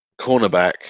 cornerback